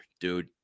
dude